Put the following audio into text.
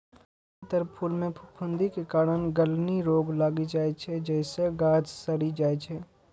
जादेतर फूल मे फफूंदी के कारण गलनी रोग लागि जाइ छै, जइसे गाछ सड़ि जाइ छै